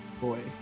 Boy